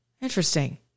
interesting